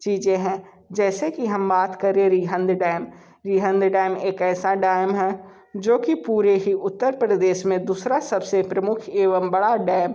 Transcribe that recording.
चीज़ें हैं जैसे कि हम बात करें रिहंद डैम रिहंद डैम एक ऐसा डैम है जो कि पूरे ही उत्तर प्रदेश में दूसरा सब से प्रमुख एवं बड़ा डैम